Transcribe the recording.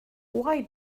why